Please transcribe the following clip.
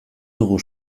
dugu